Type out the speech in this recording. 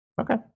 okay